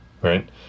right